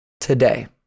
today